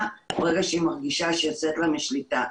ברגע שהיא מרגישה שהיא יוצאת משליטתה.